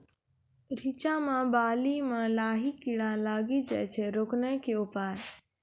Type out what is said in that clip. रिचा मे बाली मैं लाही कीड़ा लागी जाए छै रोकने के उपाय?